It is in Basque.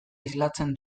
islatzen